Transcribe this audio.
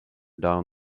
down